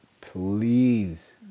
please